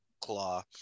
Claw